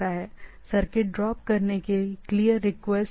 circuit drop करने की clear request